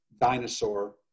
dinosaur